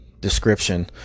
description